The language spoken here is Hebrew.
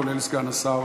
כולל סגן השר